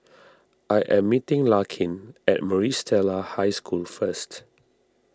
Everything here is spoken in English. I am meeting Larkin at Maris Stella High School first